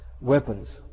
weapons